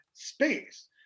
space